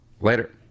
Later